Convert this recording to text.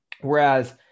Whereas